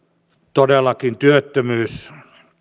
todellakin työttömyys